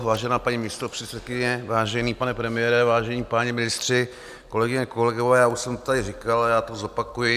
Vážená paní místopředsedkyně, vážený pane premiére, vážení páni ministři, kolegyně, kolegové, já už jsem to tady říkal, já to zopakuji.